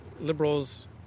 Liberals